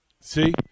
See